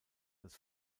als